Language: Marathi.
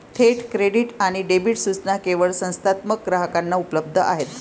थेट क्रेडिट आणि डेबिट सूचना केवळ संस्थात्मक ग्राहकांना उपलब्ध आहेत